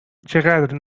چقدر